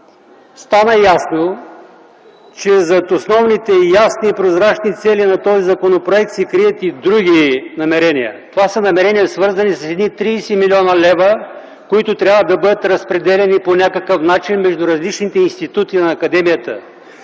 стана ясно, че зад основните, ясни и прозрачни цели на законопроекта се крият и други намерения. Това са намерения, свързани с едни 30 млн. лв., които трябва да бъдат разпределяни по някакъв начин между различните институти на академията.